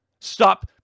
Stop